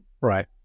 Right